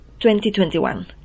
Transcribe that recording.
2021